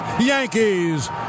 Yankees